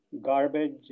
garbage